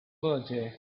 birthday